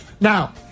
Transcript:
Now